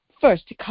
first